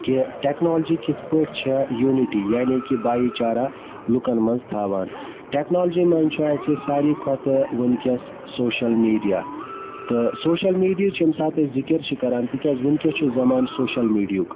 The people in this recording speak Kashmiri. کہِ ٹیکنالجی کِتھ پٲٹھۍ چھےٚ یوٗنِٹی یعنی کہِ بھایی چارہ لُکَن مَنٛز تھاوان ٹیکنالجی منٛز چھِ اَسہِ ساروی کھۄتہٕ وٕنۍکٮ۪س سوشَل میٖڈیا تہٕ سوشَل میٖڈیِہِچ ییٚمہِ ساتہٕ أسۍ ذِکِر چھِ کَران تِکیازِ وٕنۍکٮ۪س چھُ زَمانہٕ سوشَل میٖڈہُک